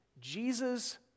Jesus